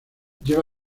lleva